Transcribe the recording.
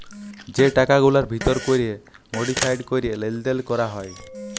যে টাকাগুলার ভিতর ক্যরে মডিফায়েড ক্যরে লেলদেল ক্যরা হ্যয়